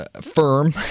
firm